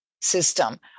system